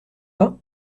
pas